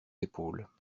épaules